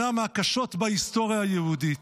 שנה מהקשות בהיסטוריה היהודית.